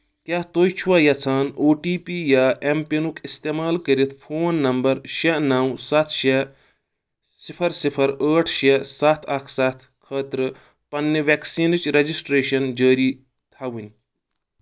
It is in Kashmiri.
کیٛاہ تُہۍ چھِوا یژھان او ٹی پی یا ایم پِنُک استعمال کٔرِتھ فون نمبر شیٚے نَو سَتھ شیٚے صِفر صِفر ٲٹھ شیٚے سَتھ اکھ سَتھ خٲطرٕ پننہِ ویکسیٖنٕچ رجسٹریشن جٲری تھوٕنۍ